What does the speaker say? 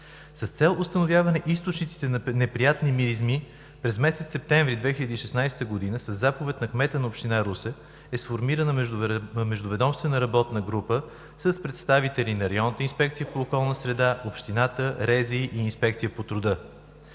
С цел установяване източниците на неприятни миризми през месец септември 2016 г. със заповед на кмета на Община Русе е сформирана междуведомствена работна група с представители на РИОСВ, Общината, РЗИ и Инспекция по труда.